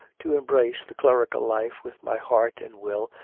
to embrace the clerical life with my heart and will,